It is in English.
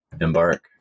embark